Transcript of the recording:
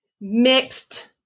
mixed –